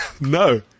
no